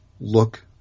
look